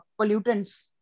pollutants